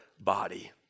body